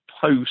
post